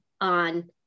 on